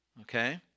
okay